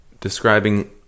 describing